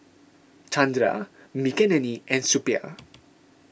Chandra Makineni and Suppiah